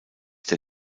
der